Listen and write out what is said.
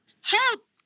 Help